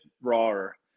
rawer